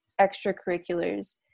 extracurriculars